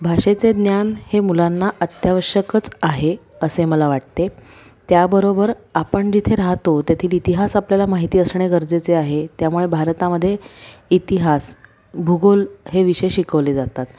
भाषेचे ज्ञान हे मुलांना अत्यावश्यकच आहे असे मला वाटते त्याबरोबर आपण जिथे राहतो त्याथील इतिहास आपल्याला माहिती असणे गरजेचे आहे त्यामुळे भारतामध्ये इतिहास भूगोल हे विषय शिकवले जातात